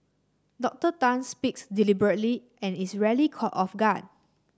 Doctor Tan speaks deliberately and is rarely caught off guard